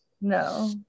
no